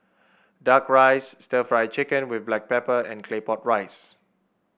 duck rice stir Fry Chicken with Black Pepper and Claypot Rice